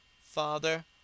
Father